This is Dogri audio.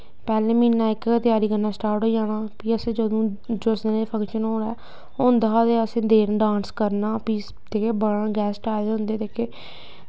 पैह्ले म्हीना इक गै त्यारी करना स्टार्ट होई जाना भी असें जदूं जिस दिन बी फंक्शन होऐ होंदा हा ते उस दिन असें डांस करना ठीक ऐ ते भी गेस्ट आए दे होंदे जेह्के